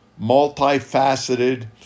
multifaceted